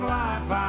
life